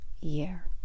year